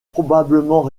probablement